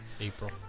April